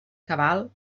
cabal